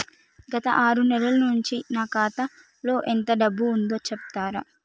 గత ఆరు నెలల నుంచి నా ఖాతా లో ఎంత డబ్బు ఉందో చెప్తరా?